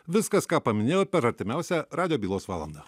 viskas ką paminėjau per artimiausią radijo bylos valandą